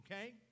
okay